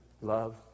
love